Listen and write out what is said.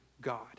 God